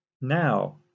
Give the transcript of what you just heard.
now